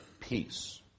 peace